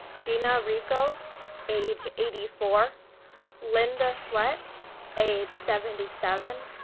gina ricco age eighty four linda sweat age seventy seven,